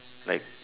like